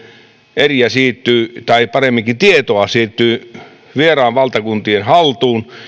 eriä tai paremminkin tietoa siirtyy vieraiden valtakuntien haltuun